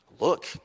Look